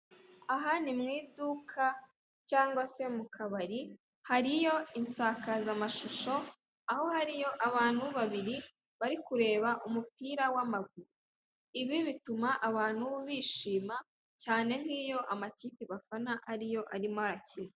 Aha ni mu iduka cyangwa se mu kabari, hariyo insakazamashusho, aho hariyo abantu babiri bari kureba umupira w'amaguru, ibi bituma abantu bishima, cyane nk'iyo amakipe bafana ari yo arimo arakina.